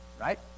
Right